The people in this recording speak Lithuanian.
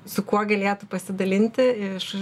su kuo galėtų pasidalinti iš